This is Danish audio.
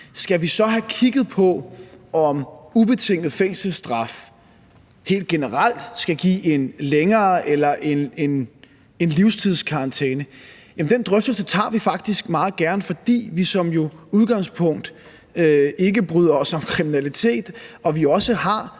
Skal vi så have kigget på, om ubetinget fængselsstraf helt generelt skal give en længere eller en livstidskarantæne? Den drøftelse tager vi faktisk meget gerne, fordi vi jo som udgangspunkt ikke bryder os om kriminalitet og også har